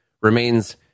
remains